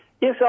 Yes